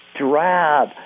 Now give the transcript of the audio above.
drab